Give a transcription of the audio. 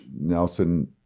Nelson